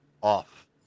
off